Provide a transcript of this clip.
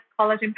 collagen